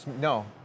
no